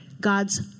God's